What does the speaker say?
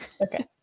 Okay